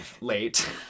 late